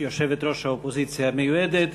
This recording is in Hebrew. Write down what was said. יושבת-ראש האופוזיציה המיועדת.